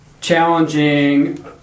challenging